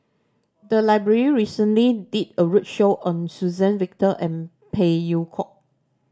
the library recently did a roadshow on Suzann Victor and Phey Yew Kok